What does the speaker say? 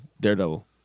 Daredevil